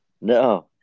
No